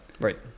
Right